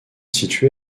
situé